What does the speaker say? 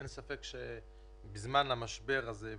אין ספק שבזמן המשבר הזה,